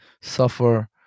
suffer